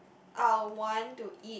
I want to eat